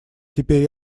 теперь